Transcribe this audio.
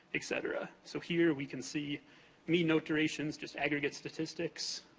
et cetera. so, here we can see mean note durations, just aggregate statistics